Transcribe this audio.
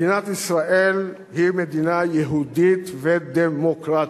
מדינת ישראל היא מדינה יהודית ודמוקרטית,